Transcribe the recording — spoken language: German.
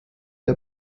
der